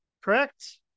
correct